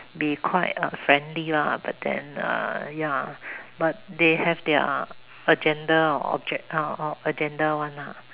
be quite uh friendly lah but then err ya but they have their agenda or object~ uh agenda [one] lah